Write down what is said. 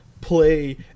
play